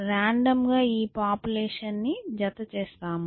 random గా ఈ population ని జత చేస్తాము